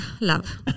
Love